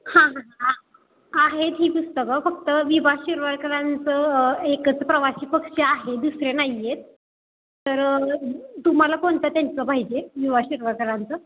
हां हां हां आहेत ही पुस्तकं फक्त वि वा शिरवाडकरांचं एकच प्रवासी पक्षी आहे दुसरे नाही आहेत तर तुम्हाला कोणतं त्यांचं पाहिजे वि वा शिरवाडकरांचं